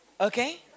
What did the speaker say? okay